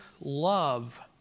love